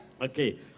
Okay